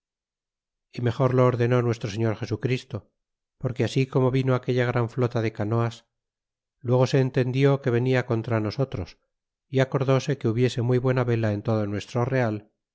y mejor lo ordenó nuestro señor jesu christo porque así como vino aquella gran flota de canoas luego se entendió que venia contra nosotros y acordóse que hubiese muy buena vela en todo nuestro real